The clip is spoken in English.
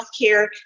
healthcare